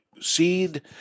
seed